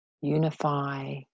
unify